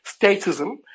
statism